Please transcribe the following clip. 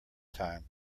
time